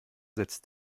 setzt